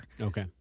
Okay